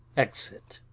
exit.